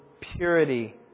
purity